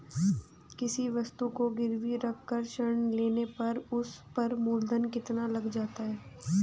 किसी वस्तु को गिरवी रख कर ऋण लेने पर उस पर मूलधन कितना लग जाता है?